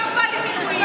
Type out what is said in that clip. גם בא לי מינויים.